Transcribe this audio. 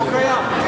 לא קיים.